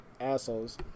assholes